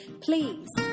Please